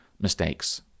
mistakes